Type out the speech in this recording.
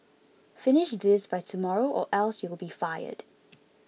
finish this by tomorrow or else you'll be fired